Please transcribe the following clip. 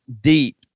deep